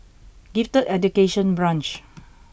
Gifted Education Branch